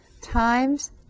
times